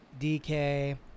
DK